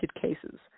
cases